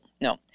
no